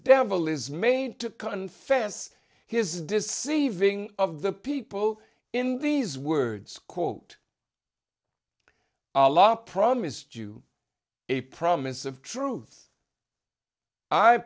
devil is made to confess his deceiving of the people in these words quote a law promised you a promise of truth i